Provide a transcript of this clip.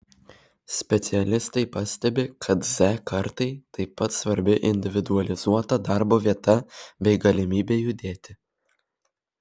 specialistai pastebi kad z kartai taip pat svarbi individualizuota darbo vieta bei galimybė judėti